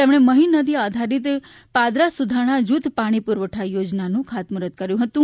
તેમણે મહી નદી આધારીત પાદરા સુધારણા જુથ પાણી પુરવઠા યોજનાનું ખાતમુહૂર્ત કર્યું હતું